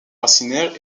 racinaire